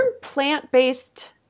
plant-based